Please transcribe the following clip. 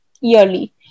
yearly